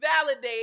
validate